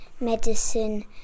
medicine